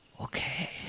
Okay